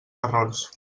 errors